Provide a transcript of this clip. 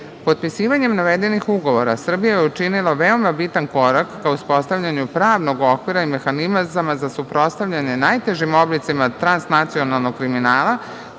sankcija. Potpisivanjem navedenih ugovora, Srbija je učinila veoma bitan korak ka uspostavljanju pravnog okvira i mehanizama za suprotstavljanje najtežim oblicima transnacionalnog kriminala